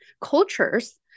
cultures